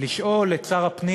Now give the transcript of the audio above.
לשאול את שר הפנים